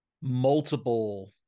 multiple